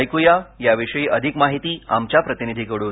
ऐकूया याविषयी अधिक माहिती आमच्या प्रतिनिधीकडून